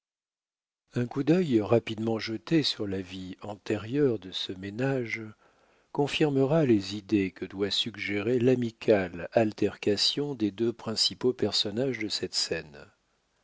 un coup d'œil rapidement jeté sur la vie antérieure de ce ménage confirmera les idées que doit suggérer l'amicale altercation des deux principaux personnages de cette scène